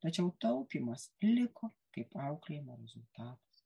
tačiau taupymas liko kaip auklėjimo rezultatas